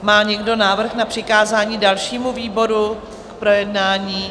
Má někdo návrh na přikázání dalšímu výboru k projednání?